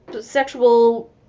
sexual